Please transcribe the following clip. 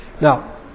now